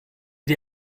die